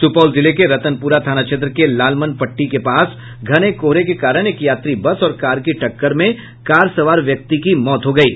सुपौल जिले के रतनपुरा थाना क्षेत्र के लालमन पट्टी के पास घने कोहरे के कारण एक यात्री बस और कार की टक्कर में कार सवार व्यक्ति की मौत हो गयी